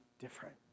different